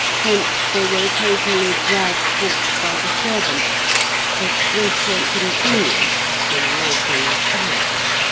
whence they were occasionally dragged forth by the servants for greater convenience in lighting the fires.